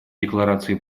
декларации